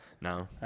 No